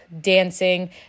dancing